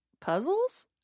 puzzles